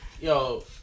yo